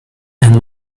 and